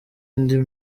indi